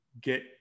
get